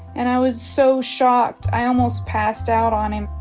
and i was so shocked, i almost passed out on him.